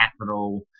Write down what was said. capital